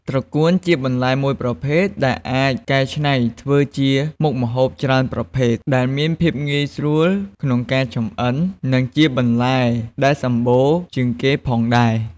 ត្រកួនជាបន្លែមួយប្រភេទដែលអាចកែច្នៃធ្វើជាមុខម្ហូបច្រើនប្រភេទ ដែលមានភាពងាយស្រួលក្នុងការចម្អិន និងជាបន្លែដែលសំបូរជាងគេផងដែរ។